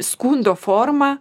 skundo formą